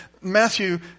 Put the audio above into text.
Matthew